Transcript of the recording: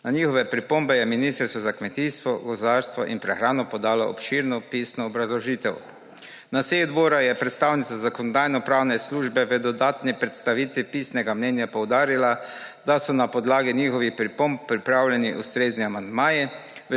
Na njihove pripombe je Ministrstvo za kmetijstvo, gozdarstvo in prehrano podalo obširno pisno obrazložitev. Na seji odbora je predstavnica Zakonodajno-pravne službe v dodatni predstavitvi pisnega mnenja poudarila, da so na podlagi njihovih pripomb pripravljeni ustrezni amandmaji.